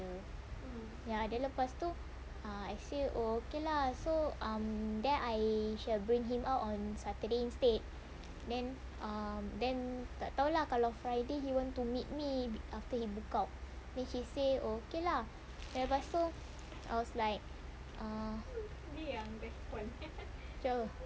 ya then lepas tu ah I say oh okay lah so um then I shall bring him out on saturday instead then um then tak tahu lah kalau friday he want to meet me after he book out then she say okay lah then lepas tu I was like uh dia cakap apa